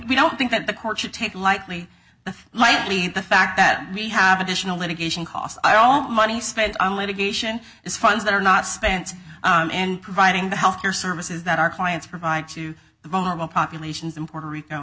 we don't think that the court should take lightly the lightly the fact that we have additional litigation costs are all money spent on litigation is funds that are not spent and providing the health care services that our clients provide to the vulnerable populations in puerto rico